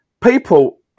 People